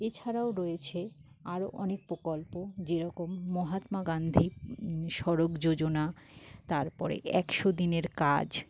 এছাড়াও রয়েছে আরো অনেক প্রকল্প যেরকম মহাত্মা গান্ধী সড়ক যোজনা তারপরে একশো দিনের কাজ